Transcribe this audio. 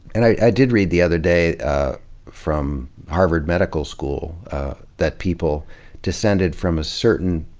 and i did read the other day from harvard medical school that people descended from a certain,